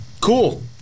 cool